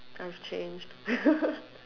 I've changed